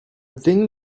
theme